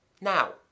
Now